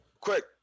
quick